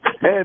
Hey